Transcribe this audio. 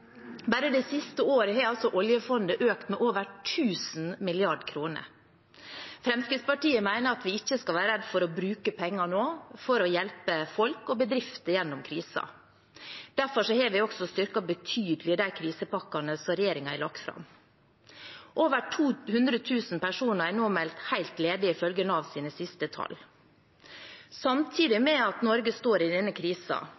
Bare det siste året har oljefondet økt med over 1 000 mrd. kr. Fremskrittspartiet mener at vi ikke skal være redde for å bruke penger nå for å hjelpe folk og bedrifter gjennom krisen. Derfor har vi styrket betydelig de krisepakkene som regjeringen har lagt fram. Over 200 000 personer er nå meldt helt ledige, ifølge Navs siste tall. Samtidig